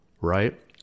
right